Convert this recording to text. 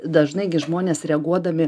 dažnai gi žmonės reaguodami